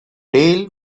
dale